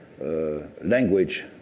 language